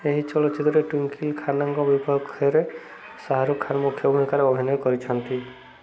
ଏହି ଚଳଚ୍ଚିତ୍ରରେ ଟ୍ୱିଙ୍କଲ୍ ଖାନ୍ନାଙ୍କ ବିପକ୍ଷରେ ଶାହାରୁଖ ଖାନ୍ ମୁଖ୍ୟ ଭୂମିକାରେ ଅଭିନୟ କରିଛନ୍ତି